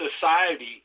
society